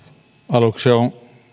aluksi on